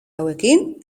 hauekin